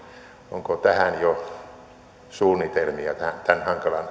onko jo suunnitelmia tämän